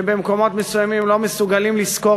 שבמקומות מסוימים הם לא מסוגלים לשכור